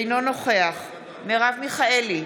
אינו נוכח מרב מיכאלי,